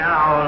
Now